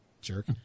Jerk